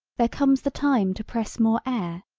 there comes the time to press more air.